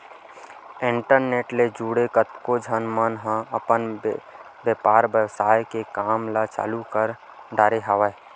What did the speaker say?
internet ले जुड़के कतको झन मन ह अपन बेपार बेवसाय के काम ल चालु कर डरे हवय